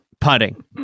putting